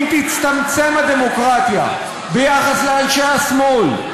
אם תצטמצם הדמוקרטיה ביחס לאנשי השמאל,